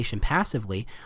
passively